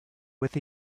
with